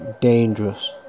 dangerous